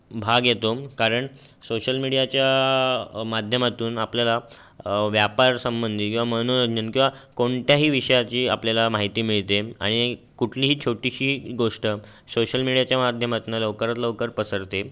भाग येतो कारण सोशल मीडियाच्या माध्यमातून आपल्याला व्यापार संबंधी किंवा मनोरंजन किंवा कोणत्याही विषयाची आपल्याला माहिती मिळते आणि कुठलीही छोटीशी गोष्ट सोशल मीडियाच्या माध्यमातनं लवकरात लवकर पसरते